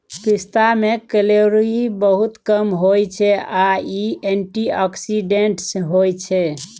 पिस्ता मे केलौरी बहुत कम होइ छै आ इ एंटीआक्सीडेंट्स होइ छै